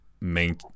main